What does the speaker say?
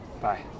Bye